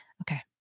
Okay